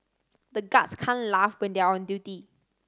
the guards can't laugh when they are on duty